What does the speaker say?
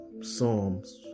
Psalms